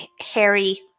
Harry